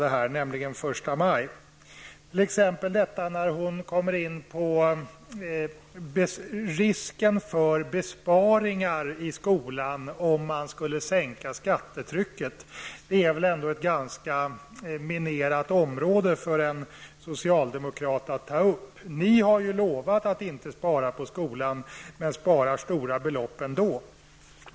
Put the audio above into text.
Det gäller t.ex. när hon kommer in på risken för besparingar i skolan, om man skulle sänka skattetrycket. Det är väl ändå ett ganska minerat område för en socialdemokrat att ta upp. Ni har ju lovat att inte spara på skolan, men sparar stora belopp ändå.